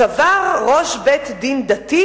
"סבר ראש בית-דין דתי